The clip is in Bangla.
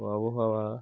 ও আবহাওয়া